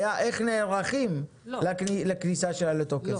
היה איך נערכים לכניסה שלה לתוקף.